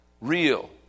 real